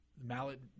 Mallet